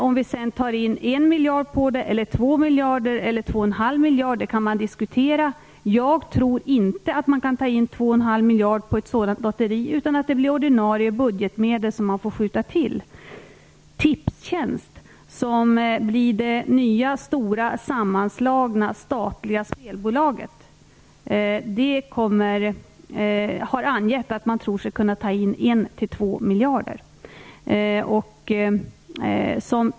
Om vi sedan tar in 1 miljard, 2 miljarder eller 2,5 miljarder kan diskuteras. Jag tror inte att man kan ta in 2,5 miljarder på ett sådant lotteri, utan man får skjuta till av ordinarie budgetmedel. Tipstjänst, som blir det nya stora sammanslagna statliga spelbolaget, har angett att man tror sig kunna ta in 1-2 miljarder på lotteriet.